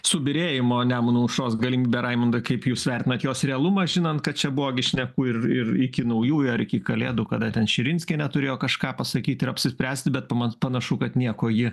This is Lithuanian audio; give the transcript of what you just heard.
subyrėjimo nemuno aušros galimybę raimundai kaip jūs vertinat jos realumą žinant kad čia buvo šnekų ir ir iki naujųjų ar iki kalėdų kada ten širinskienė turėjo kažką pasakyti ir apsispręsti bet pa panašu kad nieko ji